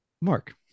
mark